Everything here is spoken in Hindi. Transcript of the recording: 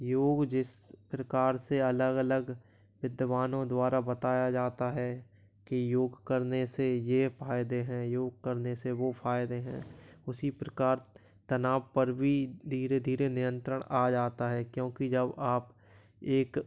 योग जिस प्रकार से अलग अलग विद्वानों द्वारा बताया जाता है कि योग करने से ये फ़ायदे हैं योग करने से वो फ़ायदे हैं उसी प्रकार तनाव पर भी धीरे धीरे नियंत्रण आ जाता है क्योंकि जब आप एक